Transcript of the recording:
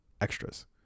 extras